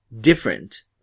different